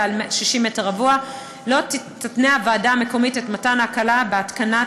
על 60 מטר רבוע לא תתנה הוועדה המקומית את מתן ההקלה בהתקנת